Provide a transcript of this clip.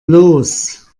los